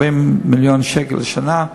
40 מיליון שקל לשנה.